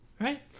Right